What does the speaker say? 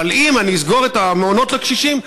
אבל אם אני אסגור את המעונות לקשישים,